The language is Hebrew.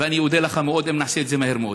ואודה לך מאוד אם נעשה את זה מהר מאוד.